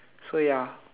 so ya